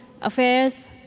affairs